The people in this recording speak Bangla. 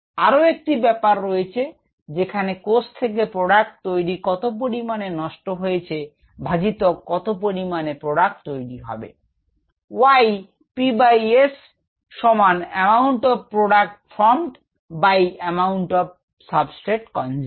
আরো একটি ব্যাপার রয়েছে যেখানে কোষ থেকে পদার্থ তৈরি কত পরিমান নষ্ট হয়েছে ভাজিতক কত পরিমাণ পরিমাণ প্রোডাক্ট তৈরি হবে